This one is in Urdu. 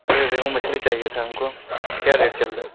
ارے ریہو مچھلی چاہیے تھا ہم کو کیا ریٹ چل رہا ہے